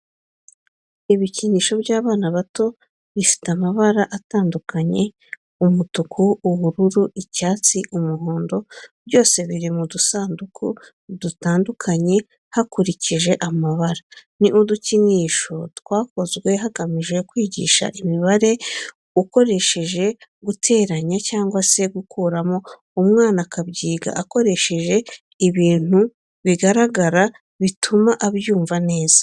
Ibikinisho by'abana bato bifite amabara atandukanye umutuku, ubururu, icyatsi n'umuhondo byose biri mu dusanduku dutandukanye hakurikije amabara. Ni udukinisho twakozwe hagamijwe kwigisha imibare ukoresheje guteranya cyangwa se gukuramo umwana akabyiga akoresheje ibintu bigaragara bituma abyumva neza.